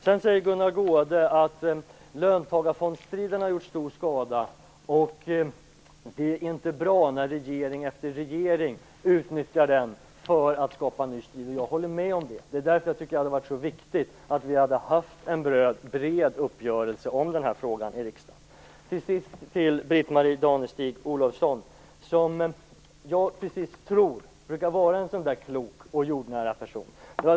Gunnar Goude säger att löntagarfondsstriden har gjort stor skada och att det inte är bra när regering efter regering utnyttjar den för att skapa ny strid. Jag håller med om det. Det är därför jag tycker att det hade varit så viktigt att ha en bred uppgörelse om den här frågan i riksdagen. Till sist vill jag säga något till Britt-Marie Danestig-Olofsson, som jag tror brukar vara en klok och jordnära person.